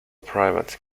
private